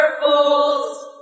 fools